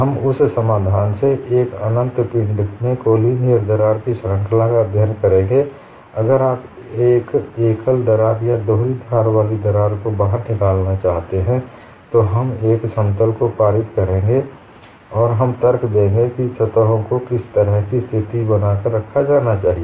हम उस समाधान से एक अनंत पिंड में कोलिनियर दरार की श्रृंखला का अध्ययन करेंगे अगर आप एक एकल दरार या दोहरी धार वाली दरार को बाहर निकालना चाहते हैं तो हम एक समतल को भारित करेंगे और हम तर्क देंगे कि सतहों पर किस तरह की स्थिति को बनाए रखा जाना चाहिए